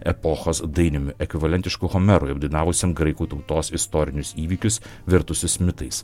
epochos dainiumi ekvivalentišku homeru apdainavusiam graikų tautos istorinius įvykius virtusius mitais